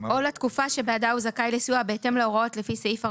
או לתקופה שבעדה הוא זכאי לסיוע בהתאם להוראות לפי סעיף 45(א)(1)